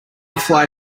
fly